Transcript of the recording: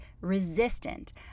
resistant